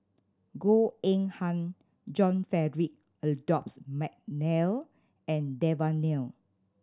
Goh Eng Han John Frederick Adolphus McNair and Devan Nair